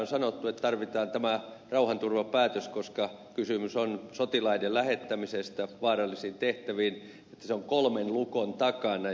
on sanottu että tarvitaan tämä rauhanturvapäätös koska kysymys on sotilaiden lähettämisestä vaarallisiin tehtäviin että se on kolmen lukon takana